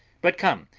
but come,